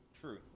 True